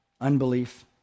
unbelief